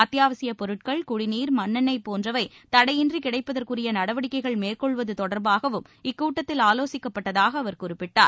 அத்தியாவசியப் பொருட்கள் குடிநீர் மண்ணெண்ணெய் போன்றவை தடையின்றி கிடைப்பதற்குரிய நடவடிக்கைகள் மேற்கொள்வது தொடர்பாகவும் இக்கூட்டத்தில் ஆலோசிக்கப்பட்டதாக அவர் குறிப்பிட்டார்